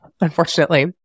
unfortunately